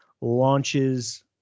launches